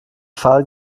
fall